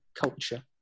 culture